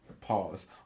pause